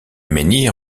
menhir